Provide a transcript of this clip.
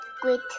great